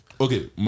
okay